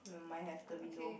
no mine have the window